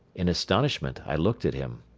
in astonishment i looked at him.